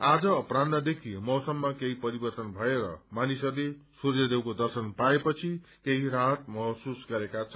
आज अपरान्हदेखि मौसममा केही परिवर्तन भएर मानिसहरूले सूर्यदेवको दर्शन पाएपछि केही राहत महसूस गरेका छन्